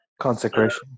consecration